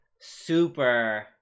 super